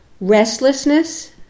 Restlessness